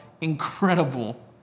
incredible